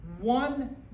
One